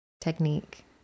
technique